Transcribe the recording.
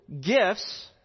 gifts